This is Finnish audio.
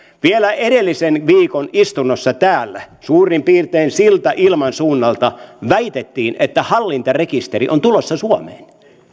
vielä edellisen viikon istunnossa täällä suurin piirtein siltä ilmansuunnalta väitettiin että hallintarekisteri on tulossa suomeen